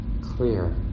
clear